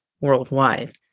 worldwide